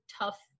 tough